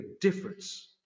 difference